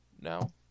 now